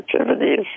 activities